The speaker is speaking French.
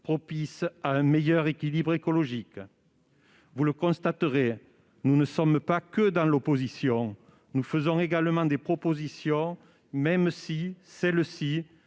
propice à un meilleur équilibre écologique. Vous le constatez, nous ne sommes pas que dans l'opposition : nous faisons également des propositions, même si celles-ci-